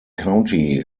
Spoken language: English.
county